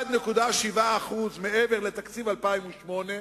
1.7% מעבר לתקציב 2008,